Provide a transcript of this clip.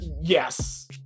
Yes